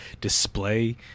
display